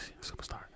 Superstar